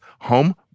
home